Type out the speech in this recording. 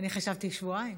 אני חשבתי שבועיים.